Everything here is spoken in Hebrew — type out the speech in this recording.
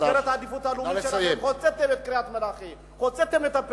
במסגרת העדיפות הלאומית שלכם הוצאתם את קריית-מלאכי,